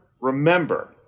remember